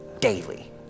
daily